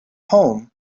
home